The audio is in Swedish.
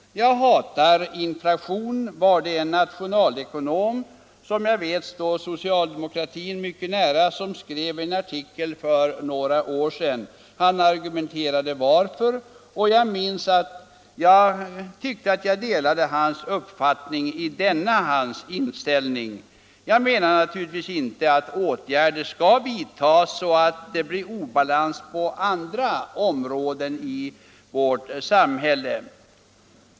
”Jag hatar inflationen”, skrev en nationalekonom som står socialdemokratin mycket nära, i en artikel för något år sedan. Han argumenterade varför, och jag minns att jag delade hans uppfattning. Jag menar naturligtvis inte att åtgärder skall vidtagas på sådant sätt att det uppstår obalans på andra områden i vårt samhälle.